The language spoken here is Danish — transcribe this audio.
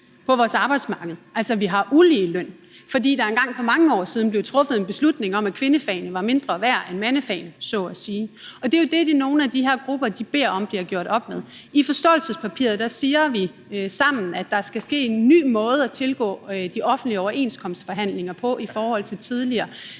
på vores arbejdsmarked, altså at vi har ulige løn. Og det er, fordi der engang for mange år siden blev truffet en beslutning om, at kvindefagene var mindre værd end mandefagene så at sige, og det er jo det, nogle af de her grupper beder om bliver gjort op med. I forståelsespapiret siger vi sammen, at der skal ske noget nyt i måden at tilgå de offentlige overenskomstforhandlinger på i forhold til tidligere.